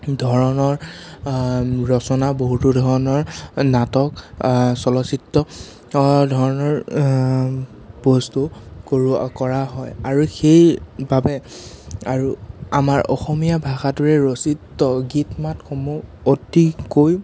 ধৰণৰ ৰচনা বহুতো ধৰণৰ নাটক চলচিত্ৰ ধৰণৰ বস্তু কৰোঁ কৰা হয় আৰু সেই বাবে আৰু আমাৰ অসমীয়া ভাষাটোৰে ৰচিত গীত মাতসমূহ অতিকৈ